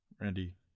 Randy